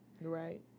Right